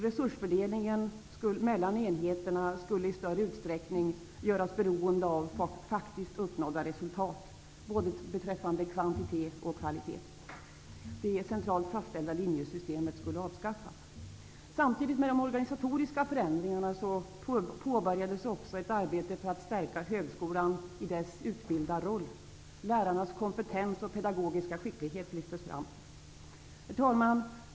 Resursfördelningen mellan enheterna skulle i större utsträckning göras beroende av faktiskt uppnådda resultat beträffande både kvantitet och kvalitet. Det centralt fastställda linjesystemet skulle avskaffas. Samtidigt med de organisatoriska förändringarna påbörjades också ett arbete för att stärka högskolan i dess utbildarroll. Lärarnas kompetens och pedagogiska skicklighet lyftes fram. Herr talman!